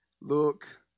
look